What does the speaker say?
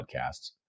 podcasts